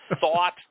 thought